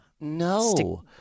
No